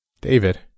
David